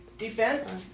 Defense